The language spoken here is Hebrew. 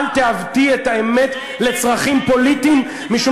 אל תעוותי את האמת לצרכים פוליטיים, לא.